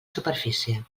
superfície